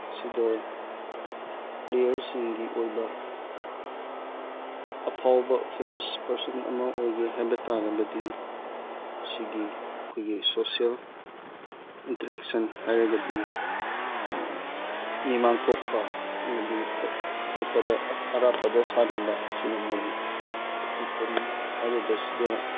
ꯁꯤꯗ ꯄ꯭ꯂꯦꯌꯥꯔꯁꯤꯡꯒꯤ ꯑꯣꯏꯕ ꯑꯐꯥꯎꯕ ꯐꯦꯃꯁ ꯄꯔꯁꯟ ꯑꯃ ꯑꯣꯏꯒꯦ ꯍꯥꯏꯕ ꯇꯥꯔꯕꯗꯤ ꯁꯤꯒꯤ ꯑꯩꯈꯣꯏꯒꯤ ꯁꯣꯁꯦꯜ ꯏꯟꯇꯔꯦꯛꯁꯟ ꯍꯥꯏꯔꯒꯗꯤ ꯃꯤꯃꯥꯡ ꯊꯣꯛꯄ ꯑꯃꯗꯤ ꯑꯇꯣꯞꯄꯗ ꯑꯔꯥꯞꯄꯗ ꯁꯥꯟꯅꯕ ꯑꯁꯤꯒꯨꯝꯕꯒꯤ ꯇꯣꯄꯤꯛꯇꯅꯤ ꯍꯥꯏꯔꯤꯕꯁꯤꯗ